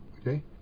okay